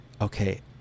okay